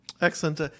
Excellent